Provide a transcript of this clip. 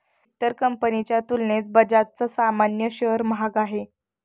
इतर कंपनीच्या तुलनेत बजाजचा सामान्य शेअर महाग आहे